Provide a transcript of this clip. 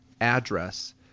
address